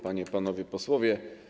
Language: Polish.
Panie i Panowie Posłowie!